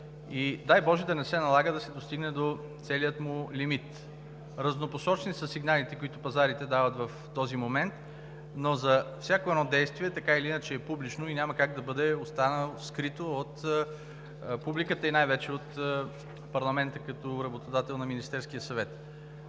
и, дай боже да не се налага да се достигне до целия му лимит. Разнопосочни са сигналите, които пазарите дават в този момент, но всяко едно действие така или иначе е публично и няма как да остане скрито от публиката и най-вече от парламента като работодател на Министерския съвет.